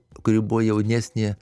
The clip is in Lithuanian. kuri buvo jaunesnė